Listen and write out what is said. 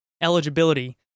eligibility